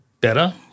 better